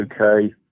okay